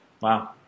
Wow